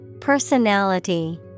Personality